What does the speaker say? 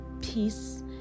peace